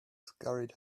scurried